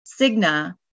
Cigna